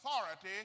authority